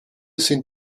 sind